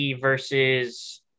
versus